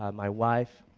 um my wife,